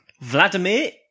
Vladimir